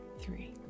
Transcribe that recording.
three